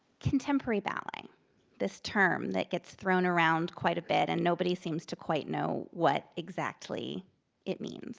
contemporary ballet this term that gets thrown around quite a bit and nobody seems to quite know what exactly it means